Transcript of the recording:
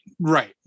right